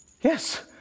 Yes